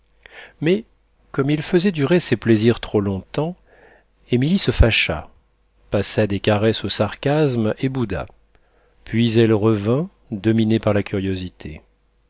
mais comme il faisait durer ses plaisirs trop longtemps émilie se fâcha passa des caresses aux sarcasmes et bouda puis elle revint dominée par la curiosité